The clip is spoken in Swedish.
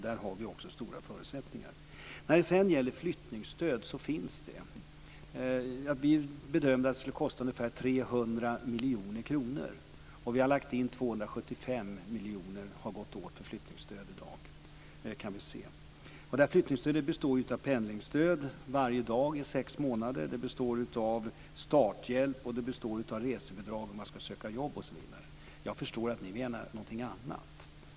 Där har vi också goda förutsättningar. Det finns flyttstöd. Vi bedömde att det skulle kosta ungefär 300 miljoner kronor, och 275 miljoner har gått åt till flyttstöd i dag. Det kan vi se. Det här flyttstödet består av pendlingsstöd, varje dag i sex månader. Det består av starthjälp, och det består av resebidrag om man ska söka jobb osv. Jag förstår att ni menar något annat.